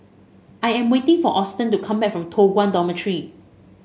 I am waiting for Austen to come back from Toh Guan Dormitory